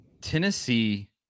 Tennessee